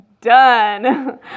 done